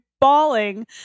bawling